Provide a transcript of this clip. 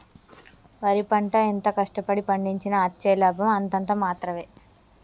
వరి పంట ఎంత కష్ట పడి పండించినా అచ్చే లాభం అంతంత మాత్రవే